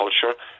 culture